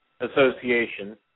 Association